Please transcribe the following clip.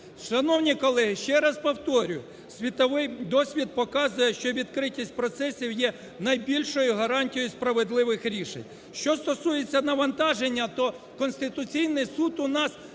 Шановні колеги, ще раз повторюю, світовий досвід показує, що відкритість процесів є найбільшою гарантією справедливих рішень. Що стосується навантаження, то Конституційний Суд у нас